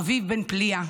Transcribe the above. אביב בן פליאה,